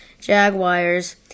Jaguars